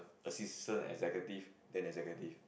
assistant executive then executive